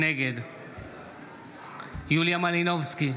נגד יוליה מלינובסקי,